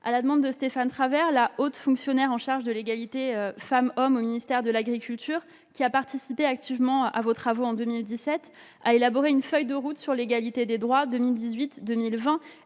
À la demande de Stéphane Travert, la haute fonctionnaire en charge de l'égalité entre les femmes et les hommes au ministère de l'agriculture, qui a participé activement à vos travaux en 2017, a élaboré une feuille de route sur l'égalité des droits 2018-2020